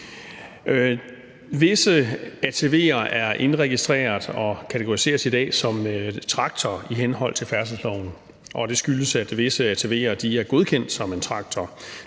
Visse ATV'er er indregistreret og kategoriseres i dag som traktor i henhold til færdselsloven, og det skyldes, at visse ATV'er er godkendt som en traktor,